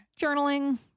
Journaling